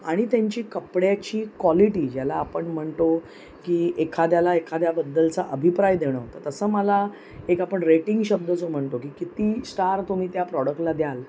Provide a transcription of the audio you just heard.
आणि त्यांची कपड्याची कॉलिटी ज्याला आपण म्हणतो की एखाद्याला एखाद्याबद्दलचा अभिप्राय देणं तर तसं मला एक आपण रेटिंग शब्द जो म्हणतो की किती स्टार तुम्ही त्या प्रॉडक्टला द्याल